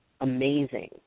amazing